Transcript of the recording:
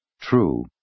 true